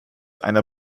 einer